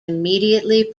immediately